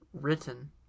written